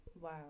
Wow